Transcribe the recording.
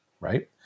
right